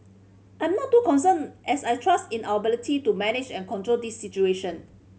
I'm not too concerned as I trust in our ability to manage and control this situation